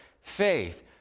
faith